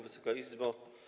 Wysoka Izbo!